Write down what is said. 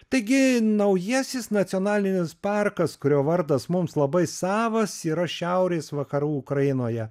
taigi naujasis nacionalinis parkas kurio vardas mums labai savas yra šiaurės vakarų ukrainoje